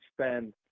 spend